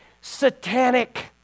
Satanic